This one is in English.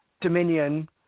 Dominion